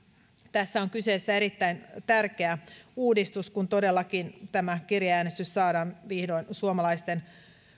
tässä on kyseessä erittäin tärkeä uudistus kun todellakin tämä kirjeäänestys saadaan vihdoin suomalaisten